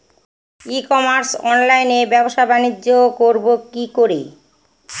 ই commerce অনলাইনে ব্যবসা বানিজ্য করব কি করে?